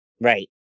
Right